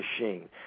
machine